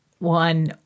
One